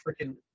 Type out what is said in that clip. freaking